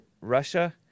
Russia